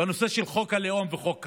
בנושא של חוק הלאום, חוק קמיניץ.